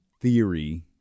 Theory